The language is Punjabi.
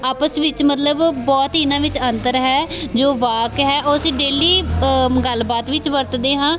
ਆਪਸ ਵਿੱਚ ਮਤਲਬ ਬਹੁਤ ਹੀ ਇਹਨਾਂ ਵਿੱਚ ਅੰਤਰ ਹੈ ਜੋ ਵਾਕ ਹੈ ਉਹ ਅਸੀਂ ਡੇਲੀ ਗੱਲਬਾਤ ਵਿੱਚ ਵਰਤਦੇ ਹਾਂ